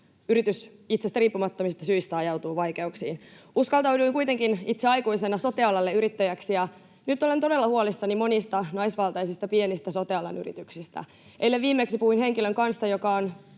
yritys itsestä riippumattomista syistä ajautuu vaikeuksiin. Uskaltauduin kuitenkin itse aikuisena sote-alalle yrittäjäksi, ja nyt olen todella huolissani monista naisvaltaisista pienistä sote-alan yrityksistä. Eilen viimeksi puhuin henkilön kanssa, joka on